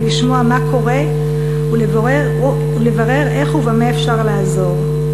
לשמוע מה קורה ולברר איך ובמה אפשר לעזור.